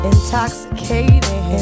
Intoxicating